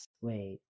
Wait